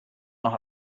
noch